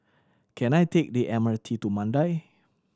can I take the M R T to Mandai